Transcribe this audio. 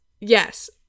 Yes